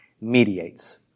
mediates